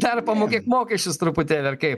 dar pamokėk mokesčius truputėlį ar kaip